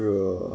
bro